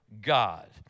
God